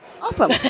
Awesome